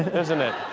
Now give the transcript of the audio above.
isn't it?